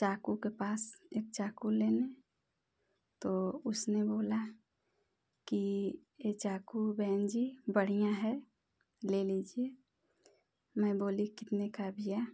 चाकू के पास एक चाकू लेने तो उसने बोला कि ये चाकू बहन जी बढ़िया है ले लीजिए मैं बोली कितने का है भैया